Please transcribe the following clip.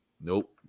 Nope